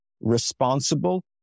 responsible